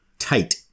Tight